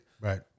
Right